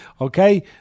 Okay